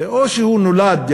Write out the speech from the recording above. זה או שהוא נולד,